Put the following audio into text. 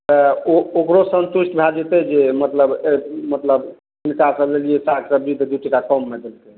तऽ ओ ओकरो सन्तुष्ट भए जेतय जे मतलब मतलब हिनका सब लेलियै साग सब्जी तऽ दू टाका कममे देलकइ